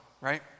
right